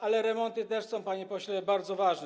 Ale remonty też są, panie pośle, bardzo ważne.